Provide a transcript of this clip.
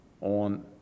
on